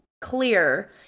clear